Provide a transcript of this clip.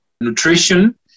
nutrition